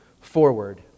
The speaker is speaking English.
forward